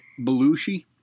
Belushi